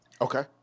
Okay